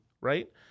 right